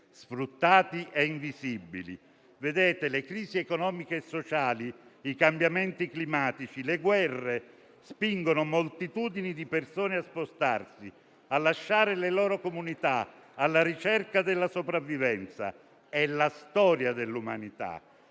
sfruttati e invisibili. Le crisi economiche e sociali, i cambiamenti climatici e le guerre spingono moltitudini di persone a spostarsi e a lasciare le loro comunità alla ricerca della sopravvivenza. È la storia dell'umanità,